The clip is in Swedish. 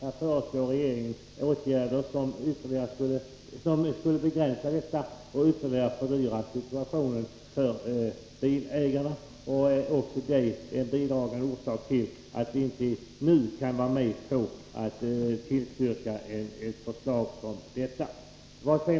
Här föreslår regeringen åtgärder som skulle begränsa avdragsrätten och ytterligare försämra situationen för bilägarna. Också detta är en bidragande orsak till att vi inte nu kan tillstyrka ett förslag som detta.